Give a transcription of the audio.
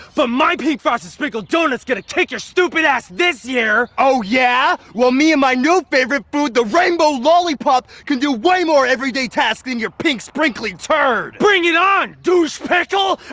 but my pink frosted sprinkled doughnut's gonna kick your stupid ass this year. oh, yeah? well, me and my new favorite food, the rainbow lollipop, can do way more everyday tasks than your pink sprinkly turd! bring it on, douche-pickle!